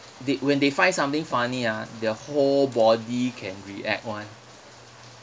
they when they find something funny ah the whole body can react [one]